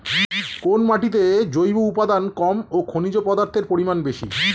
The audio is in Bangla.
কোন মাটিতে জৈব উপাদান কম ও খনিজ পদার্থের পরিমাণ বেশি?